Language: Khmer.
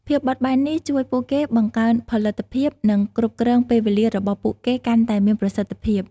ភាពបត់បែននេះជួយពួកគេបង្កើនផលិតភាព និងគ្រប់គ្រងពេលវេលារបស់ពួកគេកាន់តែមានប្រសិទ្ធភាព។